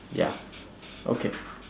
ya okay